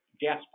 gas